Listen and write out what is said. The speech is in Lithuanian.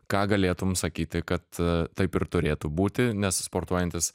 ką galėtum sakyti kad taip ir turėtų būti nes sportuojantis